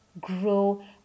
grow